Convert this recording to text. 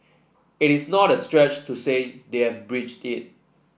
it's not a stretch to say they have breached it